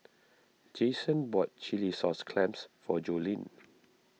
Jason bought Chilli Sauce Clams for Joleen